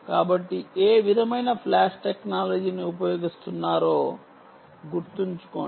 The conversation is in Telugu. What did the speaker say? కాబట్టి ఏ విధమైన ఫ్లాష్ టెక్నాలజీని ఉపయోగిస్తున్నారో గుర్తుంచుకోండి